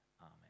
amen